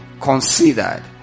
considered